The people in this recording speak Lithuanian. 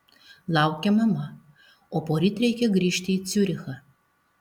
laukia mama o poryt reikia grįžti į ciurichą